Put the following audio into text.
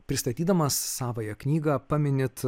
pristatydamas savąją knygą paminit